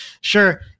sure